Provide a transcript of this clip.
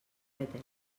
etc